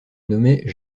nommait